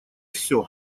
всё